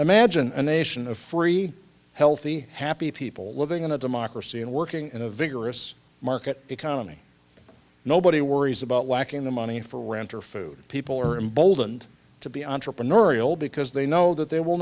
america imagine a nation of free healthy happy people living in a democracy and working in a vigorous market economy nobody worries about whacking the money for rent or food people are emboldened to be entrepreneurial because they know that they will